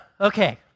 okay